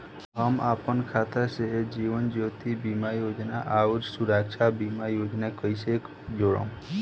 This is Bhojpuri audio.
हम अपना खाता से जीवन ज्योति बीमा योजना आउर सुरक्षा बीमा योजना के कैसे जोड़म?